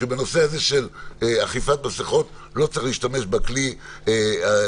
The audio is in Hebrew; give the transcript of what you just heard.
שבנושא הזה של אכיפת מסכות לא צריך להשתמש בכלי הזה.